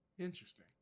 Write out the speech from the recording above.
Interesting